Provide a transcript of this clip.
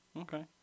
okay